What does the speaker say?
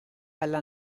alla